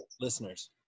Listeners